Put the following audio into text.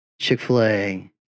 Chick-fil-A